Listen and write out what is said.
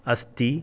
अस्ति